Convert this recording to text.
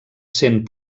sent